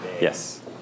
Yes